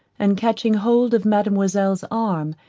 and catching hold of mademoiselle's arm,